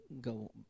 go